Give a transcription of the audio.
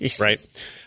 Right